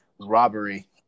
robbery